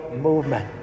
movement